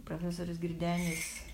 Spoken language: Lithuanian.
profesorius girdenis